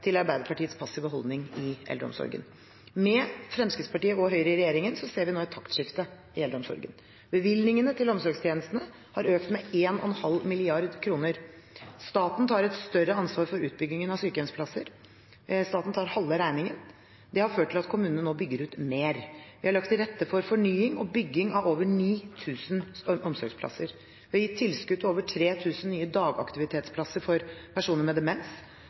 til Arbeiderpartiets passive holdning i eldreomsorgen. Med Fremskrittspartiet og Høyre i regjering ser vi nå et taktskifte i eldreomsorgen. Bevilgningene til omsorgstjenestene har økt med 1,5 mrd. kr. Staten tar et større ansvar for utbygging av sykehjemsplasser. Staten tar halve regningen. Det har ført til at kommunene nå bygger ut mer. Vi har lagt til rette for fornying og bygging av over 9 000 omsorgsplasser. Vi har gitt tilskudd til over 3 000 nye dagaktivitetsplasser for personer med demens,